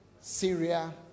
Syria